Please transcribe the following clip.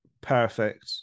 perfect